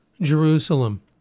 Jerusalem